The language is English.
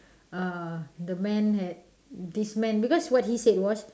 uh the man had this man because what he said was